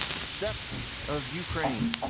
the steps of ukraine.